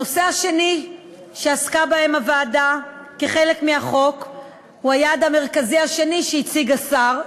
הנושא השני שעסקה בו הוועדה כחלק מהחוק הוא היעד המרכזי השני שהציג השר,